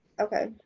okay.